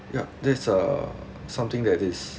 yup that's a something that is